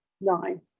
nine